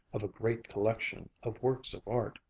of a great collection of works of art.